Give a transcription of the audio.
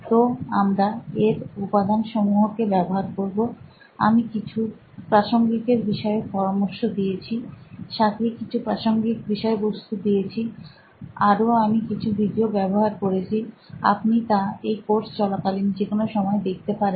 তো আমরা এর উপাদান সমূহ কে ব্যবহার করবো আমি কিছু প্রাসঙ্গিকের বিষয়ের পরামর্শ দিয়েছি সাথেই কিছু প্রাসঙ্গিক বিষয়বস্তু দিয়েছি আরও আমি কিছু ভিডিও ব্যবহার করেছি আপনি তা এই কোর্স চলাকালীন যে কোনো সময় দেখতে পারেন